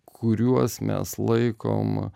kuriuos mes laikom